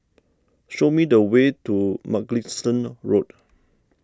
show me the way to Mugliston Road